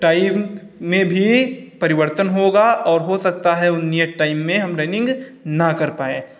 time में भी परिवर्तन होगा और हो सकता है वो नियत टाइम में हम रनिंग ना कर पाएँ